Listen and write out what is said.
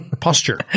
posture